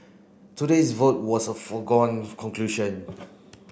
today's vote was a foregone conclusion